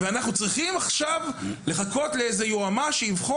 ועכשיו אנחנו צריכים להמתין שיועמ"ש יקבע